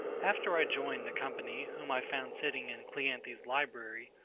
after i joined the company, whom i found sitting in cleanthes's library,